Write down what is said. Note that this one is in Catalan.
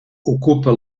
ocupa